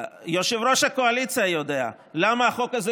יושב-ראש הקואליציה יודע למה החוק הזה